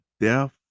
death